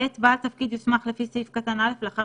ב) בעל תפקיד יוסמך לפי סעיף קטן (א) לאחר